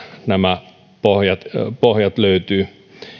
nämä pohjat pohjat löytyvät